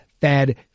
fed